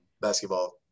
basketball